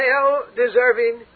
hell-deserving